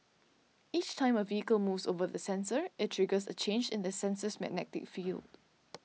each time a vehicle moves over the sensor it triggers a change in the sensor's magnetic field